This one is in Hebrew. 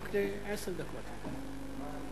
18. פחות אין בעיה.)